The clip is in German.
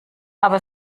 aber